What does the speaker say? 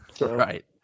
Right